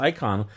Icon